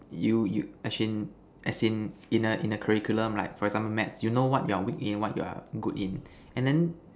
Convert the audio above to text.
you you as in as in in a in a curriculum like for example maths you know what you're weak in what you're good in and then